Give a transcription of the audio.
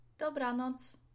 Dobranoc